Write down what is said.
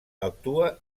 actuà